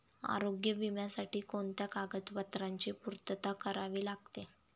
आरोग्य विम्यासाठी कोणत्या कागदपत्रांची पूर्तता करावी लागते?